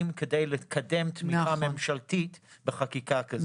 כדי לקדם תמיכה ממשלתית בחקיקה כזו.